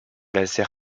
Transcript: laser